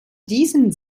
diesem